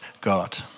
God